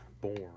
born